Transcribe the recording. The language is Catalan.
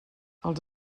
els